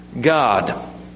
God